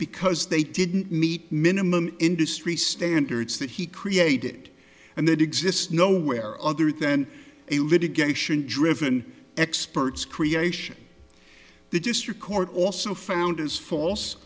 because they didn't meet minimum industry standards that he created and they did exists nowhere other than a litigation driven expert's creation the district court also found as false